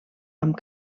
amb